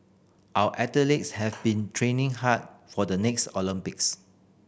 our athletes have been training hard for the next Olympics